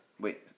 Wait